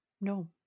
no